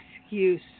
excuse